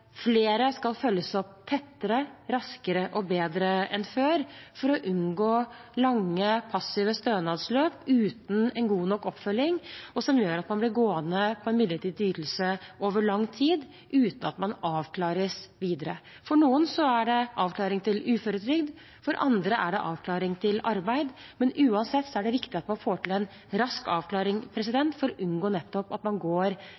flere skal følges opp tettere, raskere og bedre enn før for å unngå lange, passive stønadsløp uten en god nok oppfølging, som gjør at man blir gående på en midlertidig ytelse over lang tid uten at man avklares videre. For noen er det avklaring til uføretrygd, for andre er det avklaring til arbeid. Men uansett er det viktig at man får til en rask avklaring for nettopp å unngå at man går